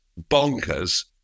bonkers